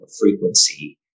frequency